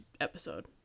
episode